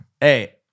Hey